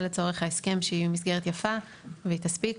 לצורך ההסכם שהיא מסגרת יפה והיא תספיק,